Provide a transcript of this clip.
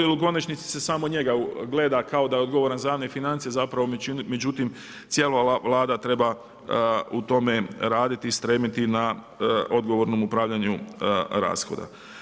Jer u konačnici se samo njega gleda kao da je odgovoran za javne financije, zapravo međutim cijela ova vlada treba u tome raditi, stremiti na odgovornom upravljanju rashoda.